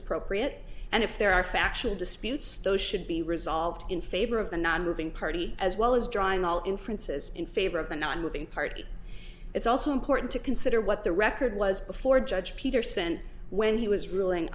appropriate and if there are factual disputes those should be resolved in favor of the nonmoving party as well as drawing all inferences in favor of the nonmoving party it's also important to consider what the record was before judge peterson when he was ruling